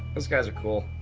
those guys are cool.